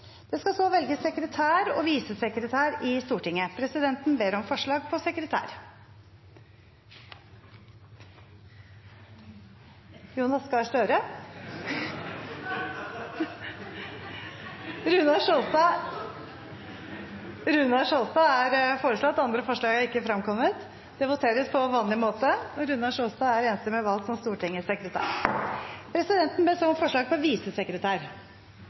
Det skal så velges sekretær og visesekretær i Stortinget. Presidenten ber om forslag på sekretær . Jeg foreslår Runar Sjåstad . Runar Sjåstad er foreslått valgt til Stortingets sekretær. – Andre forslag foreligger ikke. Presidenten ber så om forslag på visesekretær . Jeg foreslår Ingjerd Schou . Ingjerd Schou er foreslått som visesekretær. – Andre forslag